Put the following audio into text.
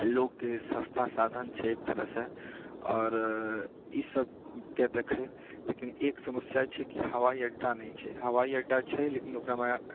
लोकके सस्ता साधन छै एक तरहसँ आओर ई सबके देखैत लेकिन एक समस्या छै कि हवाई अड्डा नहि छै हवाई अड्डा छै लेकिन ओकरामे